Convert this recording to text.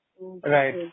Right